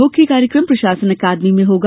मुख्य कार्यक्रम प्रशासन अकादमी में होगा